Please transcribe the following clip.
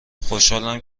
خوشحالم